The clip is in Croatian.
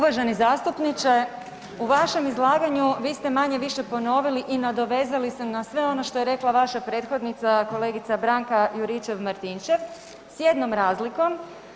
Uvaženi zastupniče, u vašem izlaganju vi ste manje-više ponovili i nadovezali se na sve ono što je rekla vaša prethodnica kolegica Branka Juričev-Martinčev s jednom razlikom.